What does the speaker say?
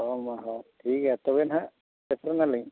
ᱦᱳᱭ ᱢᱟ ᱦᱳᱭ ᱴᱷᱤᱠ ᱜᱮᱭᱟ ᱛᱚᱵᱮ ᱦᱟᱜ ᱥᱮᱴᱮᱨᱱᱟᱞᱤᱧ